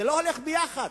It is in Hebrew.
זה לא הולך ביחד.